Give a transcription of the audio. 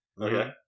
Okay